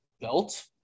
belt